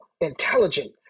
intelligent